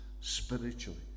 spiritually